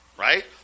right